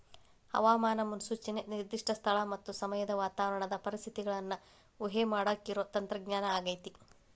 ಹವಾಮಾನ ಮುನ್ಸೂಚನೆ ನಿರ್ದಿಷ್ಟ ಸ್ಥಳ ಮತ್ತ ಸಮಯದ ವಾತಾವರಣದ ಪರಿಸ್ಥಿತಿಗಳನ್ನ ಊಹೆಮಾಡಾಕಿರೋ ತಂತ್ರಜ್ಞಾನ ಆಗೇತಿ